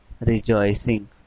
Rejoicing